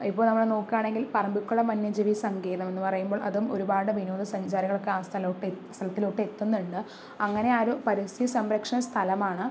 ഇപ്പോൾ നമ്മൾ നോക്കുകയാണെങ്കിൽ പറമ്പിക്കുളം വന്യജീവി സങ്കേതം എന്ന് പറയുമ്പോൾ അതും ഒരുപാട് വിനോദ സഞ്ചാരികൾക്ക് ആ സ്ഥലത്തിലോട്ട് ആ സ്ഥലത്തിലോട്ട് എത്തുന്നുണ്ട് അങ്ങനെ ആ ഒരു പരിസ്ഥിതി സംരക്ഷണ സ്ഥലമാണ്